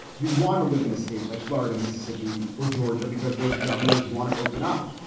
you'd want to live in a state like florida, mississippi or georgia because those governors want to open up.